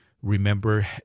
Remember